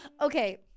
Okay